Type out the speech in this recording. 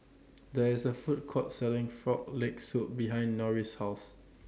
There IS A Food Court Selling Frog Leg Soup behind Norris' House